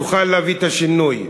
תוכל להביא את השינוי.